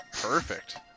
Perfect